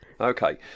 Okay